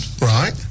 right